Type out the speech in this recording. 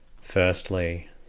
Firstly